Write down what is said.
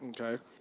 okay